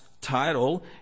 title